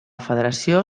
federació